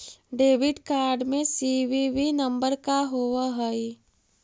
Debit card में CVV number का होव हइ?